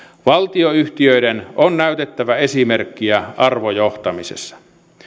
valtionyhtiöiden on näytettävä esimerkkiä arvojohtamisessa